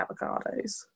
avocados